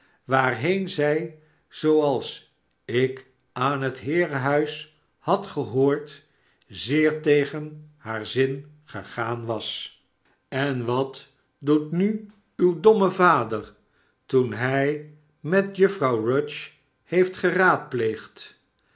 waarheen zij zooals ik aan het heerenhuis had gehoord zeer tegen haar zin gegaan was en wat doet nu uw domme vader toen hij met juffrouw rudge heeft